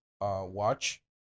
watch